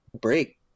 break